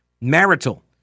marital